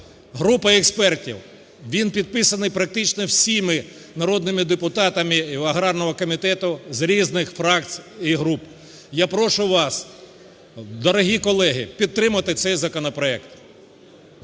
група експертів, він підписаний практично всіма депутатами аграрного комітету з різних фракцій і груп. Я прошу вас, дорогі колеги, підтримати цей законопроект.